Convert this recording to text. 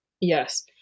Yes